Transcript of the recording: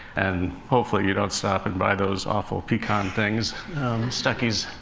and hopefully you don't stop and buy those awful pecan things stuckey's.